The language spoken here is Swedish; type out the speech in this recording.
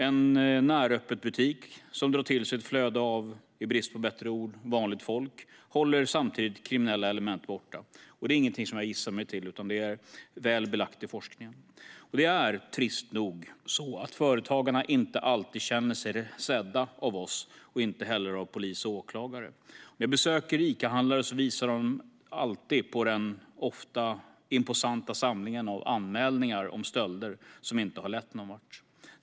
En näröppetbutik som drar till sig ett flöde av - i brist på bättre ord - vanligt folk håller samtidigt kriminella element borta. Detta är ingenting som jag gissar mig till, utan det är väl belagt i forskningen. Det är trist nog så att företagarna inte alltid känner sig sedda av oss och inte heller av polis och åklagare. När jag besöker Icahandlare visar de alltid på den ofta imposanta samlingen av anmälningar om stölder som inte har lett någonvart.